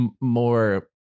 more